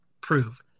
prove